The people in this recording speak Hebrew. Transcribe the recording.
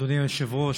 אדוני היושב-ראש,